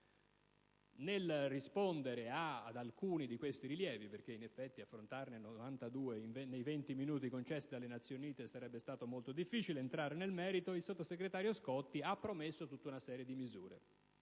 Nel rispondere ad alcuni di questi rilievi, perché in effetti affrontandone 92 nei 20 minuti concessi dalle Nazioni Unite sarebbe stato molto difficile entrare nel merito, il sottosegretario Scotti ha promesso una serie di misure,